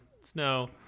snow